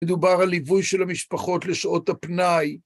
מדובר על ליווי של המשפחות לשעות הפנאי.